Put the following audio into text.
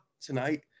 tonight